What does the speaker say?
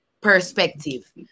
perspective